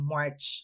March